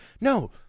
no